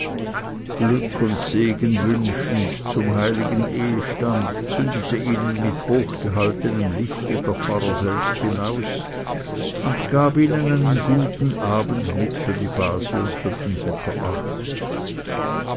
glück und segen wünschend zum heiligen ehestand zündete ihnen mit hochgehaltenem lichte der pfarrer selbst hin aus und gab ihnen einen guten abend mit für die base und für den vetter auch